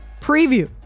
preview